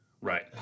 right